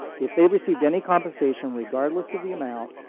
if they've received any compensation, regardless of the amount,